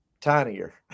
tinier